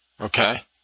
Okay